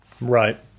Right